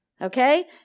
Okay